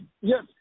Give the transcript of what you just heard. Yes